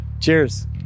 Cheers